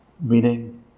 meaning